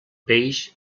peix